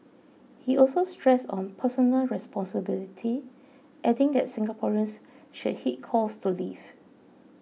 he also stressed on personal responsibility adding that Singaporeans should heed calls to leave